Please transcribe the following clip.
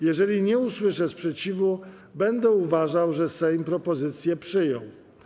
Jeżeli nie usłyszę sprzeciwu, będę uważał, że Sejm propozycję przyjął.